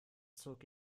zog